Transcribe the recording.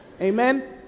Amen